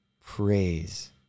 praise